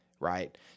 Right